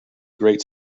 great